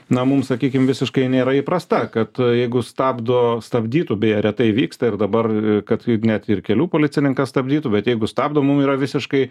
na mums sakykim visiškai nėra įprasta kad jeigu stabdo stabdytų beje retai vyksta ir dabar kad net ir kelių policininkas stabdytų bet jeigu stabdo mum yra visiškai